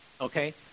Okay